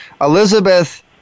Elizabeth